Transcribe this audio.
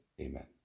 Amen